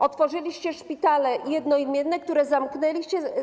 Otworzyliście szpitale jednoimienne, które zamknęliście.